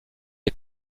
est